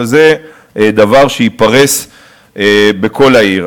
אבל זה דבר שייפרס בכל העיר.